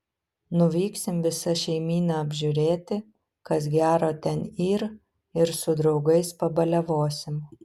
nuvyksim visa šeimyna apžiūrėti kas gero ten yr ir su draugais pabaliavosim